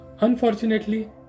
Unfortunately